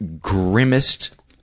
grimmest